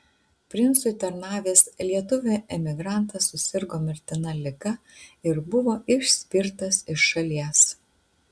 princui tarnavęs lietuvių emigrantas susirgo mirtina liga ir buvo išspirtas iš šalies